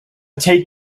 take